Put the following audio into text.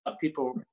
people